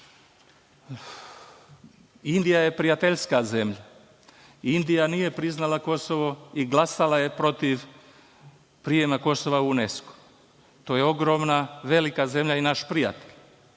Indija je prijateljska zemlja. Indija nije priznala Kosovo i glasala je protiv prijema Kosova u UNESKO. To je ogromna, velika zemlja i naš prijatelj.